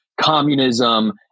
communism